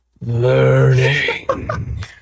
Learning